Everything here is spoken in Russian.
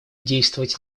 действовать